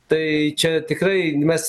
tai čia tikrai mes